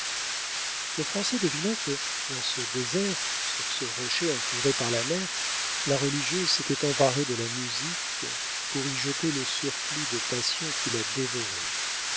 le français devina que dans ce désert sur ce rocher entouré par la mer la religieuse s'était emparée de la musique pour y jeter le surplus de passion qui la dévorait